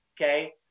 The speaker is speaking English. okay